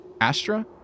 Astra